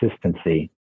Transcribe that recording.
consistency